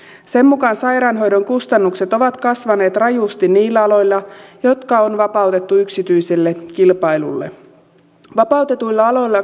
sen mukaan sairaanhoidon kustannukset ovat kasvaneet rajusti niillä aloilla jotka on vapautettu yksityiselle kilpailulle ja vapautetuilla aloilla